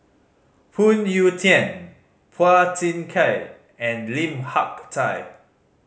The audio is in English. Phoon Yew Tien Phua Thin Kiay and Lim Hak Tai